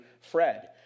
Fred